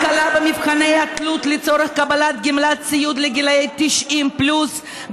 הקלה במבחני התלות לצורך קבלת גמלת סיעוד לגילי 90 פלוס,